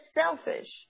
selfish